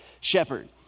shepherd